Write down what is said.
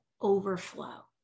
overflow